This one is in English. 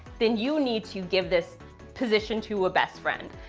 then you need to give this position to a best friend.